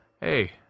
hey